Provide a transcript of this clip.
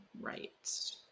right